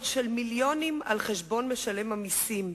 של מיליונים על חשבון משלם המסים.